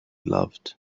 loved